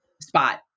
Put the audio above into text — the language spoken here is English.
spot